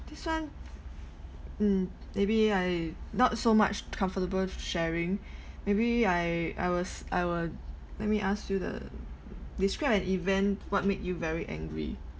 this one mm maybe I not so much comfortable sharing maybe I I was I will let me ask you the describe an event what made you very angry